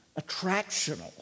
attractional